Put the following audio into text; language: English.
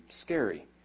scary